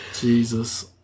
Jesus